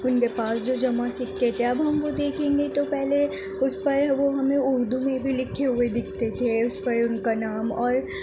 ان کے پاس جو جمع سکے تھے اب وہ ہم دیکھیں گے تو پہلے اس پر وہ ہمیں اردو میں بھی لکھے ہوئے دکھتے تھے اس پر ان کا نام اور